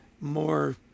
more